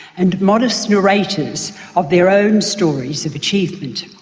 and modest narrators of their own stories of achievement.